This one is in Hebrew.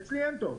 אצלי אין תור,